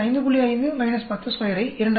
5 102 ஐ 2 ஆல் பெருக்கவும்